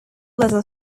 little